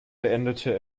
beendete